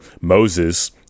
Moses